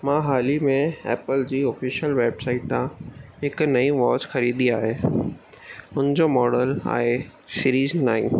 मां हालु ई में एप्पल जी ऑफिशियल वैबसाइट तां हिकु नई वॉच ख़रीदी आहे हुन जो मॉडल आहे सीरीज नाइन